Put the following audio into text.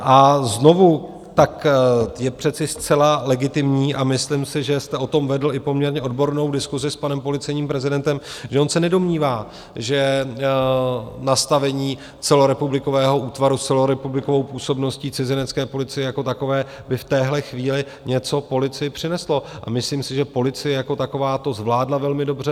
A znovu, je přece zcela legitimní a myslím si, že jste o tom vedl i poměrně odbornou diskusi s panem policejním prezidentem, že on se nedomnívá, že nastavení celorepublikového útvaru s celorepublikovou působností cizinecké policie jako takové by v téhle chvíli něco policii přineslo, a myslím si, že policie jako taková to zvládla velmi dobře.